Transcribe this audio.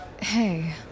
Hey